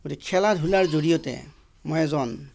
খেলা ধূলাৰ জৰিয়তে মই এজন